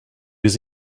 was